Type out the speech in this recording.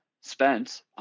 spent